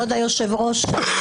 כבוד היושב-ראש,